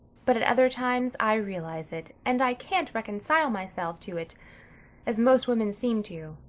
but at other times i realize it. and i can't reconcile myself to it as most women seem to.